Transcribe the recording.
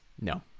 No